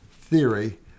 theory